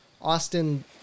Austin